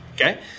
Okay